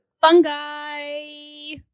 Fungi